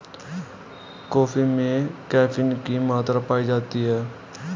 coffee में caffeine की मात्रा पाई जाती है